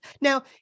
Now